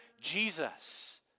Jesus